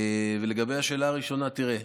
לגבי השאלה הראשונה, תראה: